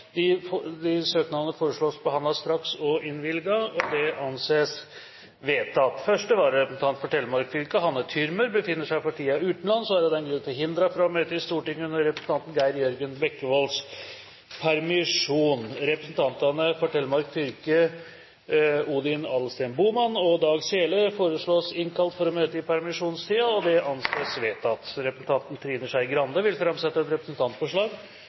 foreslås behandlet straks og innvilget. – Det anses vedtatt. Første vararepresentant for Telemark fylke, Hanne Thürmer, befinner seg for tiden utenlands, og er av den grunn forhindret fra å møte i Stortinget under representanten Geir Jørgen Bekkevolds permisjon. Vararepresentantene for Telemark fylke, Odin Adelsten Bohmann og Dag Sele, foreslås innkalt for å møte i permisjonstiden. – Det anses vedtatt. Representanten Trine Skei Grande vil framsette et representantforslag.